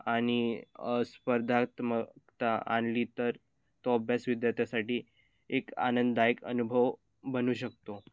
आणि स्पर्धात्मकता आणली तर तो अभ्यास विद्यार्थ्यासाठी एक आनंददायक अनुभव बनू शकतो